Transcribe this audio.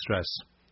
stress